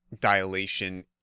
dilation